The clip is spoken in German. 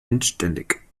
endständig